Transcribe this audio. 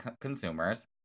consumers